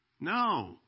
No